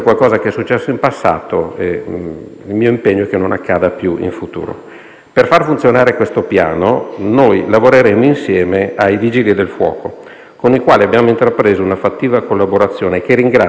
proposito, tengo a dire che, quando parliamo di formazione dei dipendenti, deve partire dal più alto livello gerarchico all'interno dell'istituzione: se i dirigenti non fanno il corso antincendio, non possono pretendere